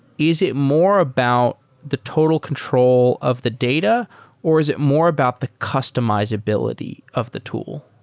is it more about the total control of the data or is it more about the customizability of the tool?